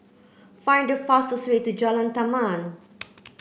find the fastest way to Jalan Taman